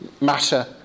matter